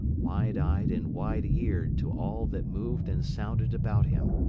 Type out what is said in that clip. wide-eyed and wide-eared to all that moved and sounded about him.